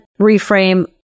reframe